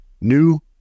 New